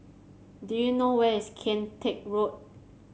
do you know where is Kian Teck Road